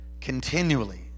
continually